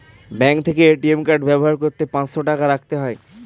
bank থেকে ATM card ব্যবহার করতে পাঁচশো টাকা রাখতে হয়